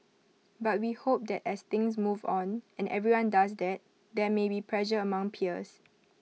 but we hope that as things move on and everyone does that there may be pressure among peers